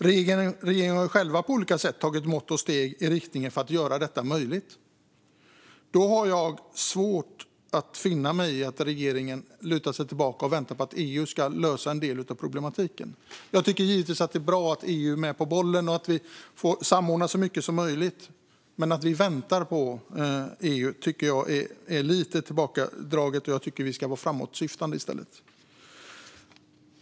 Regeringen har själv på olika sätt vidtagit mått och steg i riktning mot att göra detta möjligt. Då har jag svårt att finna mig i att regeringen lutar sig tillbaka och väntar på att EU ska lösa en del av problematiken. Jag tycker givetvis att det är bra att EU är med på bollen och att vi kan samordna så mycket som möjligt, men att vi väntar på EU tycker jag är lite tillbakadraget. Jag tycker att vi ska vara framåtsyftande i stället.